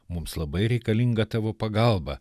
mums labai reikalinga tavo pagalba